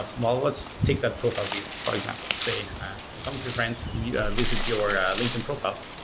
um well, let's take that profile view for example. say some of your friends yeah visit your linkedin profile,